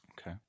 Okay